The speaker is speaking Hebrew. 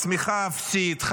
הצמיחה אפסית,